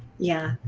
yeah.